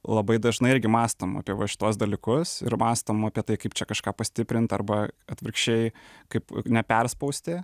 labai dažnai irgi mąstom apie va šituos dalykus ir mąstom apie tai kaip čia kažką pastiprint arba atvirkščiai kaip neperspausti